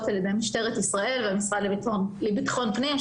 על ידי משטרת ישראל והמשרד לביטחון הפנים.